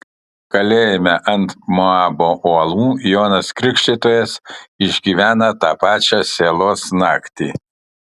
kalėjime ant moabo uolų jonas krikštytojas išgyvena tą pačią sielos naktį